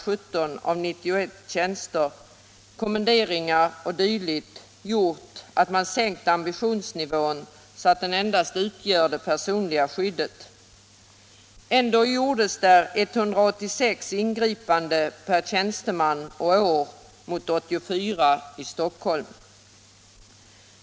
17 av 91 tjänster -, kommenderingar o. d. sänkt ambitionsnivån till endast det personliga skyddet. Ändå gjordes där 186 ingripanden per tjänsteman och år mot 84 i Stockholm.